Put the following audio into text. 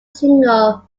single